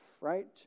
Right